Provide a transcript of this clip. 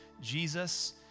Jesus